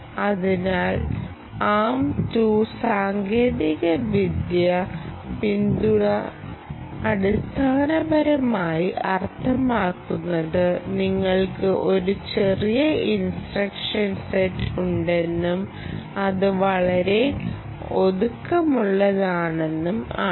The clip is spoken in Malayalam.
അതിനാൽ തമ്പ് 2 സാങ്കേതികവിദ്യയ്ക്കുള്ള പിന്തുണ അടിസ്ഥാനപരമായി അർത്ഥമാക്കുന്നത് നിങ്ങൾക്ക് ഒരു ചെറിയ ഇൻസ്ട്രക്ഷൻ സെറ്റ് ഉണ്ടെന്നും അത് വളരെ ഒതുക്കമുള്ളതാണെന്നും ആണ്